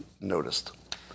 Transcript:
noticed